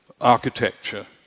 architecture